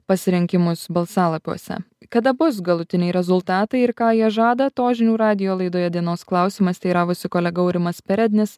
pasirinkimus balsalapiuose kada bus galutiniai rezultatai ir ką jie žada to žinių radijo laidoje dienos klausimas teiravosi kolega aurimas perednis